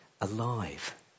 alive